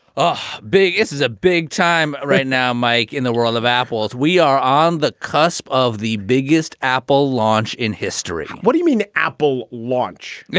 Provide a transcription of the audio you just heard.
ah big. this is a big time right now, mike. in the world of apples, we are on the cusp of the biggest apple launch in history. what do you mean apple launch? launch?